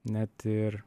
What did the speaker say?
net ir